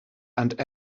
and